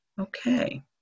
Okay